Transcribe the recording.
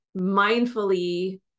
mindfully